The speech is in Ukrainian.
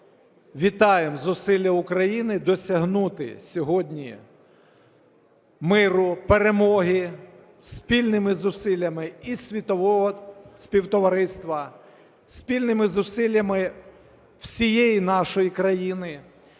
вітаємо зусилля України досягнути сьогодні миру, перемоги, спільними зусиллями і світового співтовариства, спільними зусиллями всієї нашої країни.